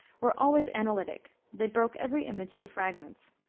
were always analytic they broke every image into fragments.